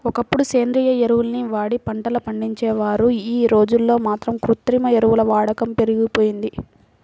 ఒకప్పుడు సేంద్రియ ఎరువుల్ని వాడి పంటలు పండించేవారు, యీ రోజుల్లో మాత్రం కృత్రిమ ఎరువుల వాడకం పెరిగిపోయింది